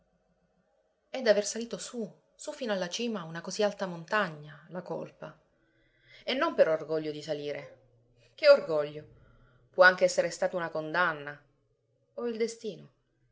è d'aver salito su su fino alla cima una così alta montagna la colpa e non per orgoglio di salire che orgoglio può anche essere stata una condanna o il destino